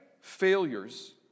failures